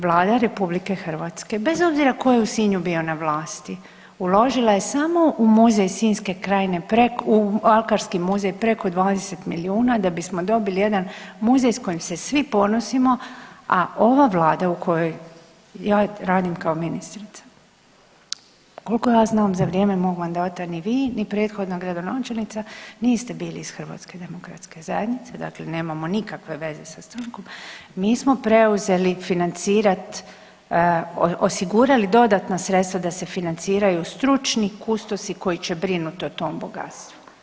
Vlada je RH bez obzira tko je u Sinju bio na vlasti uložila je samo u muzej sinjske krajine preko, u alkarski muzej preko 20 milijuna da bismo dobili jedan muzej s kojim se svi ponosimo, a ova Vlada u kojoj ja radim kao ministrica, koliko ja znam, za vrijeme mog mandati ni vi ni prethodna gradonačelnica niste bili iz HDZ-a, dakle nemamo nikakve veze sa strankom, mi smo preuzeli financirati, osigurali dodatna sredstva da se financiraju stručni kustosi koji će brinuti o tom bogatstvu.